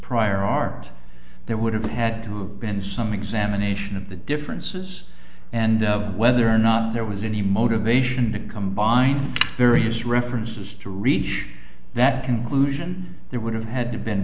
prior art that would have had to have been some examination of the differences and whether or not there was any motivation to combine various references to reach that conclusion it would have had to been